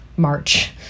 March